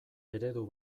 eredu